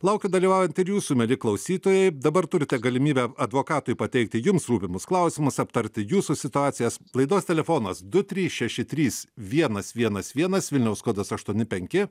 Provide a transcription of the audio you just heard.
laukiu dalyvaujant ir jūsų mieli klausytojai dabar turite galimybę advokatui pateikti jums rūpimus klausimus aptarti jūsų situacijas laidos telefonas du trys šeši trys vienas vienas vienas vilniaus kodas aštuoni penki